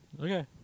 Okay